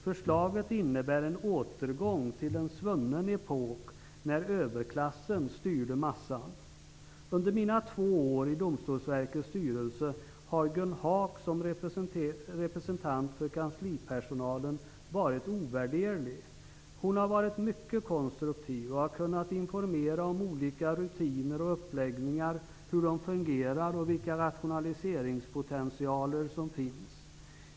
Förslaget innebär en återgång till en svunnen epok när överklassen styrde massan. Under mina två år i Domstolsverkets styrelse har Gun Haak som representant för kanslipersonalen varit ovärderlig. Hon har varit mycket konstruktiv och har kunnat informera om hur olika rutiner och uppläggningar fungerar och vilken rationaliseringspotential som finns.